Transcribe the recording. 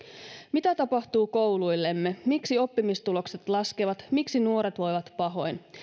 mitä tapahtuu kouluillemme miksi oppimistulokset laskevat miksi nuoret voivat pahoin